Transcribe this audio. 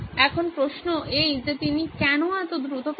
এখন প্রশ্ন এই যে কেন তিনি দ্রুত পড়াচ্ছেন